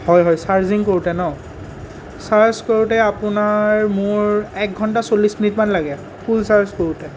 হয় হয় চাৰজিং কৰোঁতে ন চাৰ্জ কৰোঁতে আপোনাৰ মোৰ এক ঘণ্টা চল্লিছ মিনিটমান লাগে ফুল চাৰ্জ কৰোঁতে